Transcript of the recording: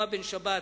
נועה בן-שבת,